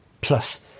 Plus